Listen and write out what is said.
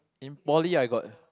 in poly I got